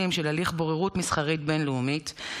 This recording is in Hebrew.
של הליך בוררות מסחרית בין-לאומית,